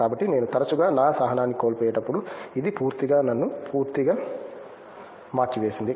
కాబట్టి నేను తరచుగా నా సహనాన్ని కోల్పోయేటప్పుడు ఇది పూర్తిగా నన్ను పూర్తిగా మార్చివేసింది